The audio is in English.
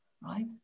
right